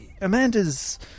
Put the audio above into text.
Amanda's